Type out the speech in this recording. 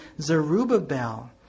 Zerubbabel